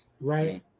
right